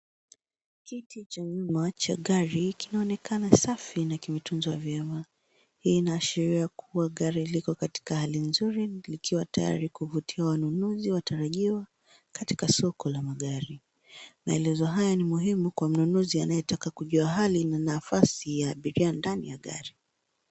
Kiti cha nyuma cha gari kinaonekana safi na kimetunzwa vyema. Hii inaashiria kuwa gari liko katika hali nzuri likiwa tayari kuvutia wanunuzi watarajiwa katika soko la magari. Maelezo haya ni muhimu kwa mnunuzi anayetaka kujua hali na nafasi ya abiria ndani ya gari.